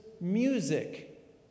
music